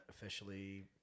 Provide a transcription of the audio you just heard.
officially